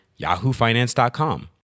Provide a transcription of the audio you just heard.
yahoofinance.com